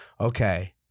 okay